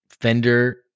fender